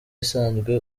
isanzwe